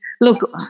look